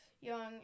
young